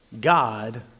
God